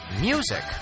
Music